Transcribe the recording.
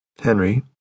Henry